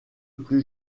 plus